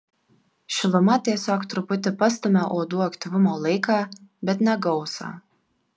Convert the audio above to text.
šiluma tiesiog truputį pastumia uodų aktyvumo laiką bet ne gausą